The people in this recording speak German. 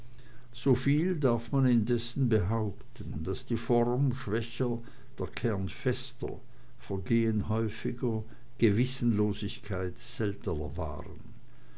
darf man indessen behaupten daß die form schwächer der kern fester vergehen häufiger gewissenlosigkeit seltener waren